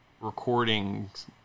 recordings